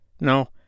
No